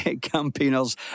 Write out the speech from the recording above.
campaigners